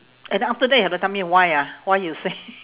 and then after that you have to tell me why ah why you say